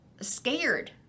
scared